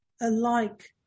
alike